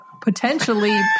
potentially